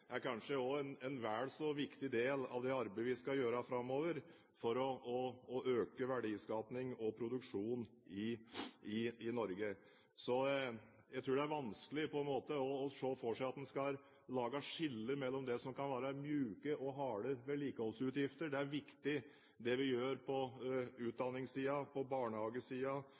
er kanskje også en vel så viktig del av det arbeidet vi skal gjøre framover for å øke verdiskapning og produksjon i Norge. Jeg tror det er vanskelig på en måte å se for seg at en skal lage skiller mellom det som kan være myke og harde vedlikeholdsutgifter. Det er viktig det vi gjør på utdanningssiden, på